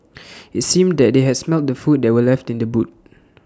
IT seemed that they had smelt the food that were left in the boot